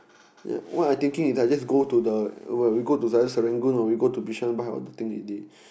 yea what I thinking is I just go to the where we go to either Serangoon or we go to Bishan buy all the thing already